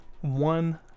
one